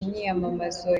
imyiyamamazo